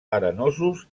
arenosos